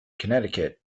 connecticut